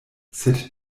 sed